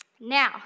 Now